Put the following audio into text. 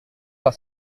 par